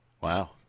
Wow